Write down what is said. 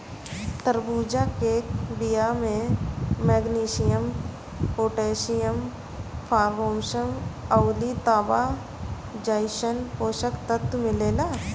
तरबूजा के बिया में मैग्नीशियम, पोटैशियम, फास्फोरस अउरी तांबा जइसन पोषक तत्व मिलेला